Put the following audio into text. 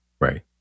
Right